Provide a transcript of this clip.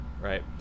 right